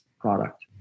product